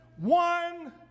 One